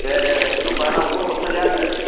दे दे होमबा रावनोबो हरथ'लिया आङो